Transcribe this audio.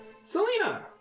Selena